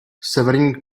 severní